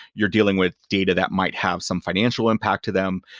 you're dealing with data that might have some financial impact to them.